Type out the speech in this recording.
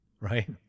Right